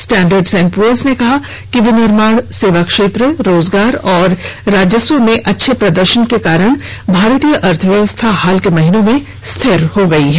Standard and Poor's ने कहा कि विनिर्माण सेवा क्षेत्र रोजगार और राजस्व में अच्छे प्रदर्शन के कारण भारतीय अर्थव्यववस्था हाल के महीनों में स्थिर हो गई है